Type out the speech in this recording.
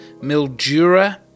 Mildura